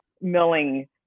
milling